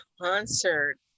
concert